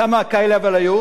אבל כמה כאלה היו?